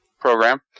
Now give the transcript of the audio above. program